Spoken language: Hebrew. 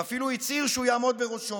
ואפילו הצהיר שהוא יעמוד בראשו.